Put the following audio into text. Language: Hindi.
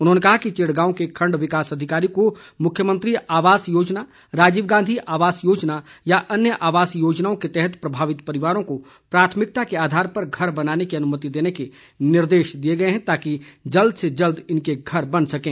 उन्होंने कहा कि चिड़गांव के खंड विकास अधिकारी को मुख्यमंत्री आवास योजना राजीव गांधी आवास योजना या अन्य आवास योजनाओं के तहत प्रभावित परिवारों को प्राथमिकता के आधार पर घर बनाने की अनुमति देने के निर्देश दिए ताकि जल्द से जल्द इनके घर बन सकें